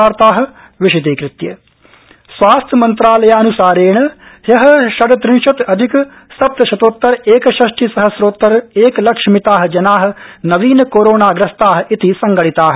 Covid अद्यतनम् स्वास्थ्यमन्त्रालयान्सारेण ह्य षड्रत्रिंशत् अधिक सप्तशतोत्तर एकषष्टि सहस्रोत्तर एकलक्षमिता जना नवीनकोरोणाग्रस्ता इति संगणिता